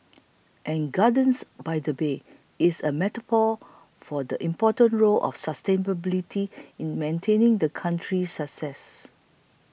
and Gardens by the Bay is a metaphor for the important role of sustainability in maintaining the country's success